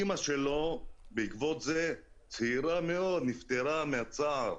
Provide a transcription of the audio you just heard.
אימא שלו, בעקבות זה, צעירה מאוד, נפטרה מהצער.